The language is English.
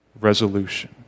resolution